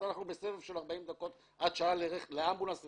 שאנחנו בסבב של 40 דקות עד שעה לאמבולנס אחד,